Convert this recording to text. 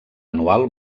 anual